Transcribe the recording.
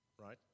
Right